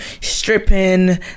stripping